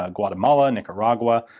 ah guatemala, nicaragua.